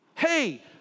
hey